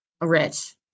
Rich